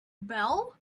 bell